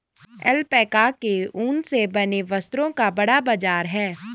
alpaca के ऊन से बने वस्त्रों का बड़ा बाजार है